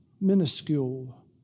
minuscule